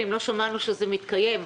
אם לא שמענו שזה מתקיים,